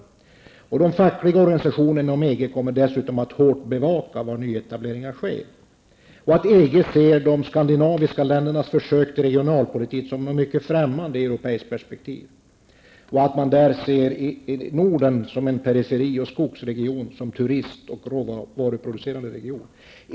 De fackliga organisationerna inom EG kommer dessutom att hårt bevaka var nyetableringar sker. EG ser de skandinaviska ländernas försök till regionalpolitik som något mycket främmande i europeiskt perspektiv. Man ser där Norden som en periferioch skogsregion, som turist och råvaruproducerande region.